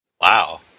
Wow